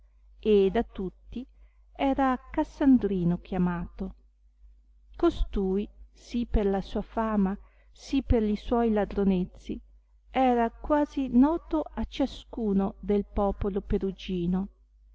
e da tutti era cassandrino chiamato costui sì per la sua fama sì per li suoi ladronezzi era quasi noto a ciascuno del popolo perugino